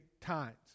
times